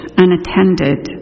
unattended